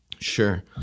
sure